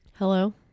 hello